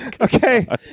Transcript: Okay